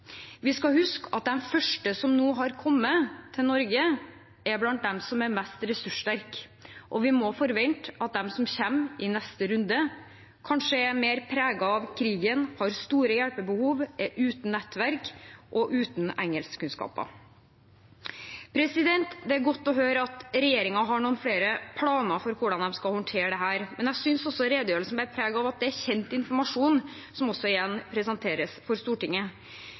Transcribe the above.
Vi skal huske at de første som nå har kommet til Norge, er blant dem som er mest ressurssterke, og vi må forvente at de som kommer i neste runde, kanskje er mer preget av krigen, har stort hjelpebehov, er uten nettverk og uten engelskkunnskaper. Det er godt å høre at regjeringen har noen flere planer for hvordan de skal håndtere dette, men jeg synes også redegjørelsen bærer preg av at det er kjent informasjon som igjen presenteres for Stortinget.